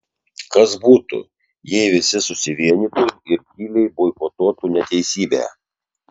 kas būtų jei visi susivienytų ir tyliai boikotuotų neteisybę